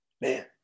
Man